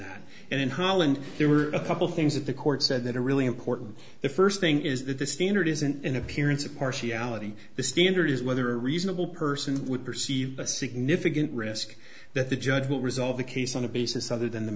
that and in holland there were a couple things that the court said that are really important the first thing is that the standard is an appearance of partiality the standard is whether a reasonable person would perceive a significant risk that the judge will resolve the case on a basis other than the